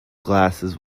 glasses